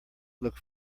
look